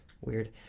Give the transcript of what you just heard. weird